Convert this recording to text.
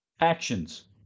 actions